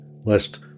lest